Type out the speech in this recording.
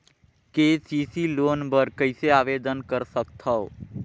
KCC loan बर कइसे आवेदन कर सकथव?